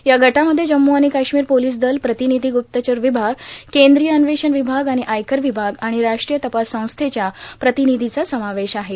या गटामध्ये जम्मू आणि काश्मीर पोलीस दल प्रतिनिधी ग्रप्तचर विभाग केंद्रीय अन्वेषण विभाग आणि आयकर विभाग आणि राष्ट्रीय तपास संस्थेच्या प्रतिनिधीचा समावेश आहे